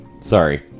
sorry